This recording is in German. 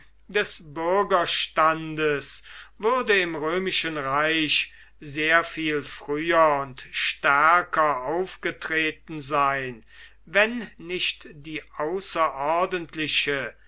des bürgerstandes würde im römischen reich sehr viel früher und stärker aufgetreten sein wenn nicht die außerordentliche